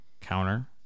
counter